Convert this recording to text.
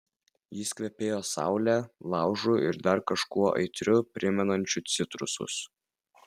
jis kvepėjo saule laužu ir dar kažkuo aitriu primenančiu citrusus